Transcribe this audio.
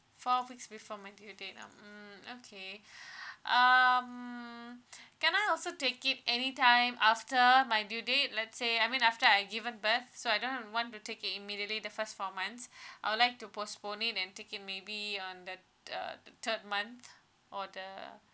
four weeks before my due date ah mm okay um can I also take it anytime after my due date let's say I mean after I given birth so I don't have to~ want to take it immediately the first four months I'd like to postpone it and take it maybe on the uh the third month or the